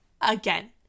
again